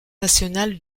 national